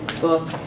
book